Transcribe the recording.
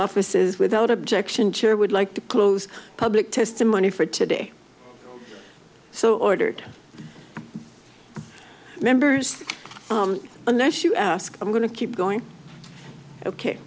offices without objection chair would like to close public testimony for today so ordered members unless you ask i'm going to keep going ok